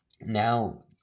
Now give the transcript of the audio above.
now